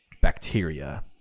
bacteria